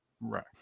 Right